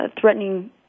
threatening